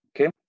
okay